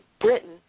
Britain